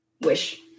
Wish